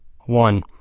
One